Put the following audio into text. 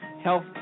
health